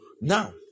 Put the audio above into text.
Now